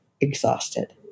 exhausted